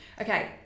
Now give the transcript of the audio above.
Okay